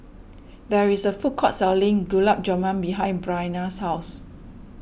there is a food court selling Gulab Jamun behind Bryana's house